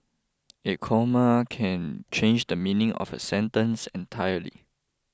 a comma can change the meaning of a sentence entirely